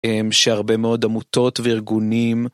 שהרבה מאוד עמותות וארגונים